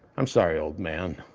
i'm sorry, old man.